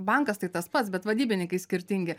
vbankas tai tas pats bet vadybininkai skirtingi